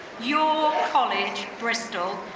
your college, bristol,